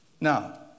Now